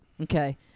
Okay